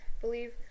believe